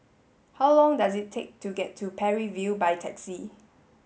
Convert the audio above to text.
how long does it take to get to Parry View by taxi